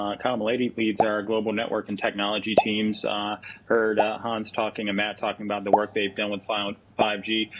um kyle malady leads our global network and technology teams heard hans and matt talking about the work they have done with five and five g.